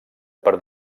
per